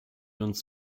uns